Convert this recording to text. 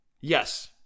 Yes